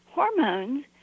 hormones